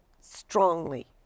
strongly